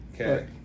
Okay